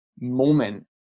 moment